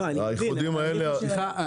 האיחודים האלה --- סליחה.